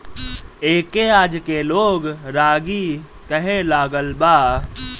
एके आजके लोग रागी कहे लागल बा